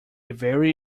very